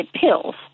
pills